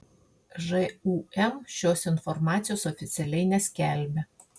žūm šios informacijos oficialiai neskelbia